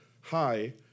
hi